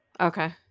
Okay